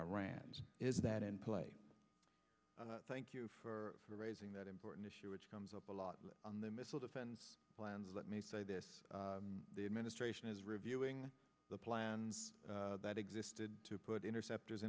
iran's is that in play thank you for raising that important issue which comes up a lot on the missile defense plans let me say this the administration is reviewing the plans that existed to put intercept